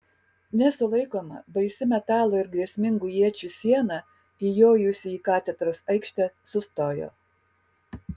nesulaikoma baisi metalo ir grėsmingų iečių siena įjojusi į katedros aikštę sustojo